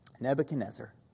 Nebuchadnezzar